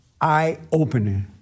eye-opening